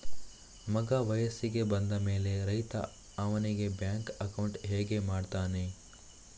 ಮಗ ವಯಸ್ಸಿಗೆ ಬಂದ ಮೇಲೆ ರೈತ ಅವನಿಗೆ ಬ್ಯಾಂಕ್ ಅಕೌಂಟ್ ಹೇಗೆ ಮಾಡ್ತಾನೆ?